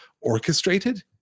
orchestrated